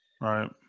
Right